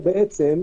לא היה עושה את זה.